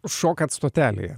šokat stotelėje